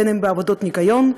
בין אם בעבודות ניקיון,